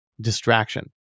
Distraction